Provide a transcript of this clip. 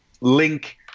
link